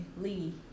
Lee